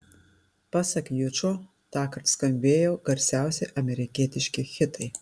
pasak jučo tąkart skambėjo garsiausi amerikietiški hitai